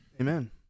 Amen